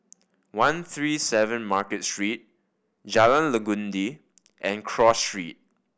One Three Seven Market Street Jalan Legundi and Cross Street